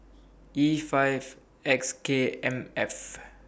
E five X K M F